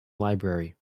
library